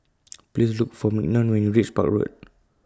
Please Look For Mignon when YOU REACH Park Road